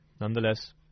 Nonetheless